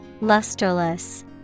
Lusterless